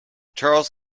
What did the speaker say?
charles